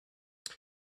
two